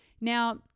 Now